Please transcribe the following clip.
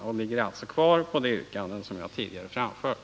Jag vidhåller alltså de yrkanden som jag tidigare framfört.